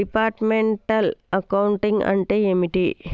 Departmental accounting అంటే ఏమిటి?